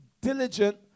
diligent